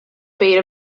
beta